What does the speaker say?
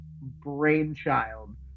brainchild